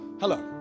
Hello